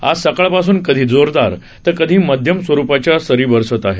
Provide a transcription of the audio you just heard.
आज सकाळपासून कधी जोरदार तर कधी मध्यम स्वरुपाच्या सरी बरसत आहे